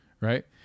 Right